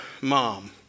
mom